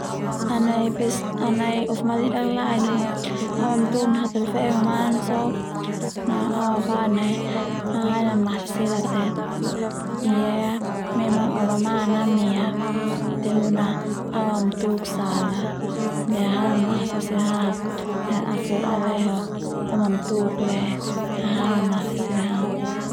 Au nai ofa malidak lain ho au amtuk nai hatoli fe'ek mamanan sone au afadan ae hahaen mamnasa sila te iaia memang o mamanam ia tehuna au amtuk salah de haen mamnasa sila ha au fo'a leo ho o mamtuk leo hahae mamnasa sila ha.